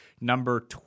number